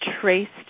traced